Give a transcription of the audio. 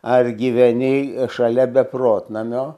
ar gyveni šalia beprotnamio